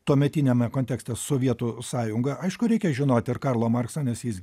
tuometiniame kontekste sovietų sąjungą aišku reikia žinoti ir karlą marksą nes jis